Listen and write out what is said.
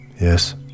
Yes